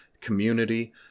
Community